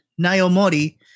Nayomori